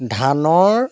ধানৰ